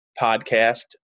podcast